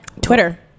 twitter